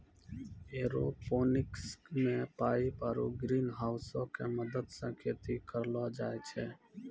aeroponics मे pipe आरु ग्रीनहाउसो के मदत से खेती करलो जाय छै